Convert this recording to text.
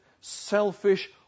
selfish